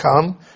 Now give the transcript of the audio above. come